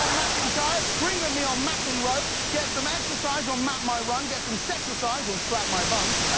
macentire, scream at me on mcenroe. get some exercise on mapmyrun, get some sexercise on slapmybuns.